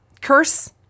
curse